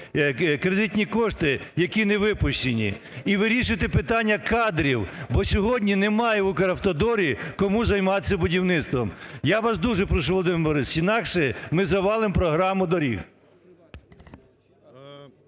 кредитні кошти, які не випущені. І вирішити питання кадрів. Бо сьогодні немає в Укравтодорі кому займатись будівництвом. Я вас дуже прошу, Володимир Борисович. Інакше ми завалимо програму доріг.